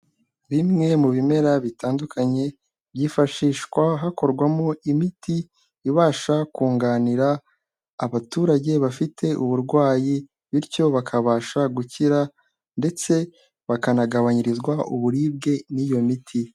Bimwe mu bimera bitandukanye, byifashishwa hakorwamo imiti ibasha kunganira abaturage bafite uburwayi bityo bakabasha gukira ndetse bakanagabanyirizwa uburibwe n'iyo miti.